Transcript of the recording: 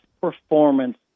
performance